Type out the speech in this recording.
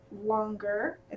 longer